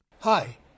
Hi